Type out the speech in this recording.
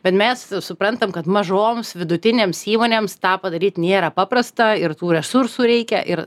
bet mes jau suprantam kad mažoms vidutinėms įmonėms tą padaryt nėra paprasta ir tų resursų reikia ir